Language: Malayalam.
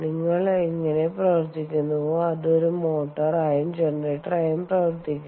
നിങ്ങൾ എങ്ങനെ പ്രവർത്തിക്കുന്നുവോ അത് ഒരു മോട്ടോറായും ജനറേറ്ററായും പ്രവർത്തിക്കും